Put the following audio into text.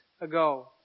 ago